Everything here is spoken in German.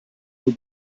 nur